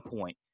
point